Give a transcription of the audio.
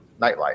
nightlife